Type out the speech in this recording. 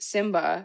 Simba